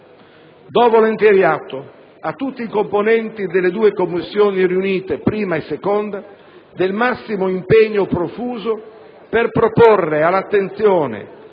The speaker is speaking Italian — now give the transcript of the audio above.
Do volentieri atto a tutti i componenti delle due Commissioni riunite 1a e 2a del massimo impegno profuso per proporre all'attenzione,